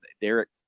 Derek